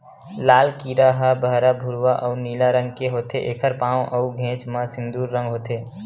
लाल कीरा ह बहरा भूरवा अउ नीला रंग के होथे, एखर पांव अउ घेंच म सिंदूर रंग होथे